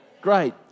Great